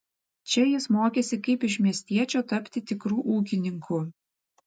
čia jis mokėsi kaip iš miestiečio tapti tikru ūkininku